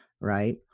right